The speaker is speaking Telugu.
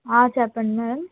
చెప్పండి మ్యాడమ్